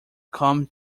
come